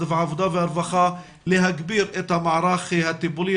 העבודה והרווחה להגביר את המערך הטיפולי,